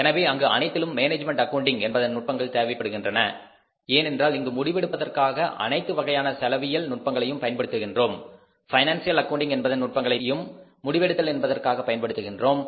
எனவே அங்கு அனைத்திற்கும் மேனேஜ்மெண்ட் அக்கவுண்டிங் என்பதன் நுட்பங்கள் தேவைப்படுகின்றது ஏனென்றால் இங்கு முடிவெடுப்பதற்காக அனைத்து வகையான செலவியல் நுட்பங்களையும் பயன்படுத்துகின்றோம் பைனான்சியல் அக்கவுண்டிங் என்பதன் நுட்பங்களையும் முடிவெடுத்தல் என்பதற்காக பயன்படுத்துகின்றோம்